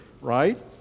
right